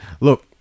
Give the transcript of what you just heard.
look